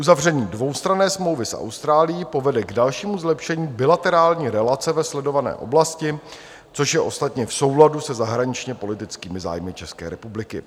Uzavření dvoustranné smlouvy s Austrálií povede k dalšímu zlepšení bilaterální relace ve sledované oblasti, což je ostatně v souladu se zahraničněpolitickými zájmy České republiky.